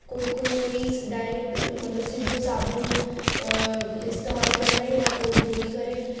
कोई कोई वरी डायरेक्ट मतलबु सिधो साबुण इस्तेमालु कंदा आहिनि ऐं पोइ धोइ करे